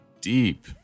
Deep